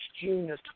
June